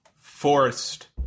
forced